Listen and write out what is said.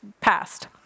passed